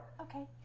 Okay